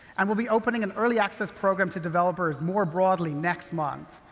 and we'll be opening an early-access program to developers more broadly next month.